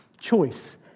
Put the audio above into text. choice